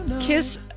Kiss